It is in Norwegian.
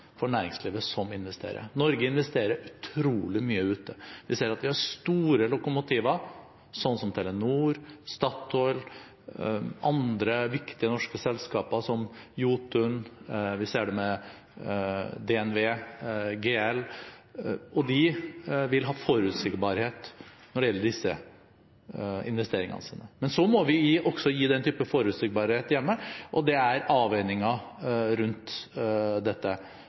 for næringslivet som investerer. Norge investerer utrolig mye ute. Vi ser at vi har store lokomotiver, slik som Telenor, Statoil og andre viktige norske selskaper som Jotun, og vi ser det med DNV GL, og de vil ha forutsigbarhet når det gjelder investeringene sine. Men så må vi også gi den type forutsigbarhet hjemme, og det er avveininger rundt dette.